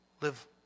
Live